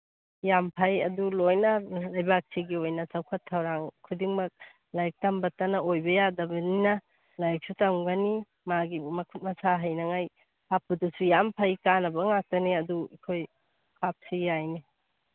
ꯌꯥꯝ ꯐꯩ ꯑꯗꯨ ꯂꯣꯏꯅ ꯂꯩꯕꯥꯛꯁꯤꯒꯤ ꯑꯣꯏꯅ ꯆꯥꯎꯈꯠ ꯊꯧꯔꯥꯡ ꯈꯨꯗꯤꯡꯃꯛ ꯂꯥꯏꯔꯤꯛ ꯇꯝꯕꯇꯅ ꯑꯣꯏꯕ ꯌꯥꯗꯕꯅꯤꯅ ꯂꯥꯏꯔꯤꯛꯁꯨ ꯇꯝꯒꯅꯤ ꯃꯥꯒꯤ ꯃꯈꯨꯠ ꯃꯁꯥ ꯍꯩꯅꯉꯥꯏ ꯍꯥꯞꯄꯗꯨꯁꯨ ꯌꯥꯝ ꯐꯩ ꯀꯥꯟꯅꯕ ꯉꯥꯛꯇꯅꯤ ꯑꯗꯨ ꯑꯩꯈꯣꯏ ꯍꯥꯞꯁꯤ ꯌꯥꯏꯅꯦ